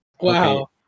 Wow